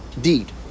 deed